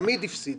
תמיד הפסידה,